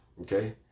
Okay